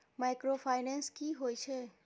Microfinance की होय छै?